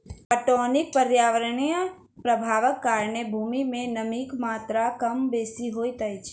पटौनीक पर्यावरणीय प्रभावक कारणेँ भूमि मे नमीक मात्रा कम बेसी होइत अछि